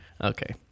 Okay